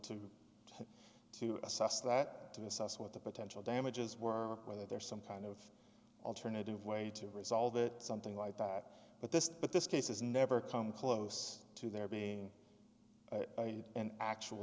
to to assess that to the sauce what the potential damages were whether there's some kind of alternative way to resolve it something like that but this but this case has never come close to there being an actual